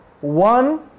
One